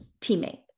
teammate